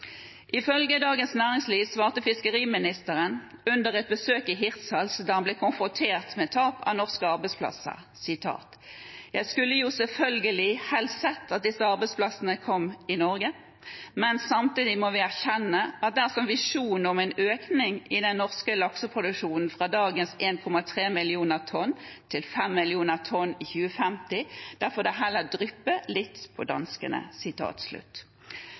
Ifølge Dagens Næringsliv svarte fiskeriministeren under et besøk i Hirtshals da han ble konfrontert med tapet av norske arbeidsplasser: «Jeg skulle jo selvfølgelig helst sett at disse arbeidsplassene kom i Norge . Men samtidig må vi erkjenne at dersom visjonen om en økning i den norske lakseproduksjonen fra dagens 1,3 millioner tonn til fem millioner tonn i 2050, da får det heller dryppe litt på danskene.»